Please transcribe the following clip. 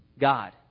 God